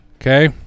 Okay